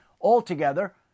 altogether